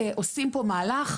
עושים פה מהלך,